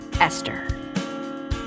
Esther